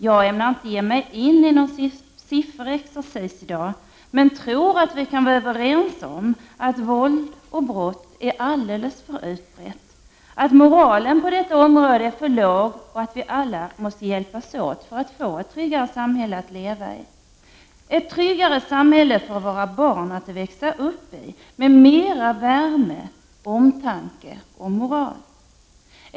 Jag ämnar inte ge mig in i någon sifferexercis i dag, men jag tror att vi kan vara överens om att våld och brott är någonting alldeles för utbrett, att moralen på detta område är för låg och att vi alla måste hjälpas åt för att få ett tryggare samhälle att leva i, ett tryggare samhälle för våra barn att växa upp i — ett samhälle med mer värme, omtanke och moral.